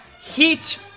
Heat